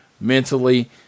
mentally